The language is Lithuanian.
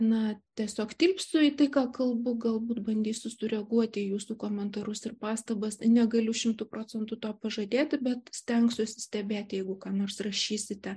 na tiesiog tilpsiu į tai ką kalbu galbūt bandysiu sureaguoti į jūsų komentarus ir pastabas negaliu šimtu procentų to pažadėti bet stengsiuosi stebėti jeigu ką nors rašysite